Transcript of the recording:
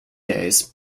days